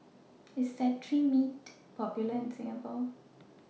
IS Cetrimide Popular in Singapore